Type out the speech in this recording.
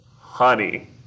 Honey